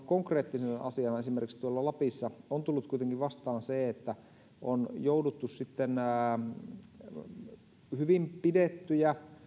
konkreettisena asiana esimerkiksi tuolla lapissa on tullut kuitenkin vastaan se että on jouduttu hyvin pidettyjä